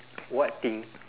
what thing